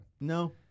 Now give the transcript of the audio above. No